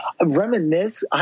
Reminisce